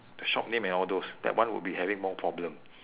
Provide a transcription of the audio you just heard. the shop name and all those that one will be having more problem